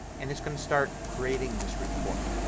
and it's going to start creating this report.